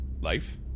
life